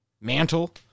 Mantle